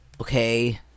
Okay